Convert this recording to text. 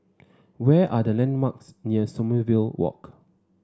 where are the landmarks near Sommerville Walk